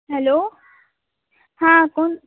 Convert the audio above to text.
hello हां कोण